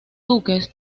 duques